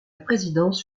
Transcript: présidence